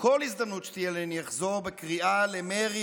ובכל הזדמנות שתהיה לי אני אחזור בקריאה למרי